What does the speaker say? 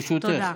תודה.